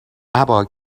ابا